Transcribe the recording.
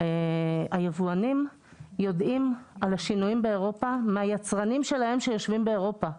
היבואנים יודעים על השינויים באירופה מהיצרנים שלהם שיושבים באירופה.